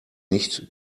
nicht